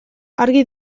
argi